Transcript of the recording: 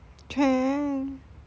can